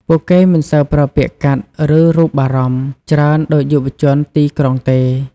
ពួកគេមិនសូវប្រើពាក្យកាត់ ឬរូបអារម្មណ៍ ច្រើនដូចយុវជនទីក្រុងទេ។